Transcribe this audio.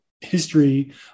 history